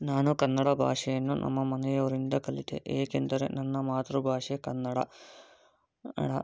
ನಾನು ಕನ್ನಡ ಭಾಷೆಯನ್ನು ನಮ್ಮ ಮನೆಯವರಿಂದ ಕಲಿತೆ ಏಕೆಂದರೆ ನನ್ನ ಮಾತೃಭಾಷೆ ಕನ್ನಡ ಅಣ